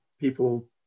people